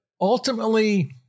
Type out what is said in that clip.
ultimately